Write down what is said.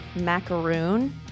macaroon